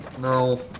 No